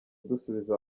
dusubiza